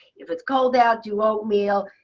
if it's cold out, do oatmeal,